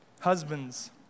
Husbands